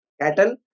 cattle